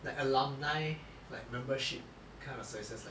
the alumni like membership kind of services like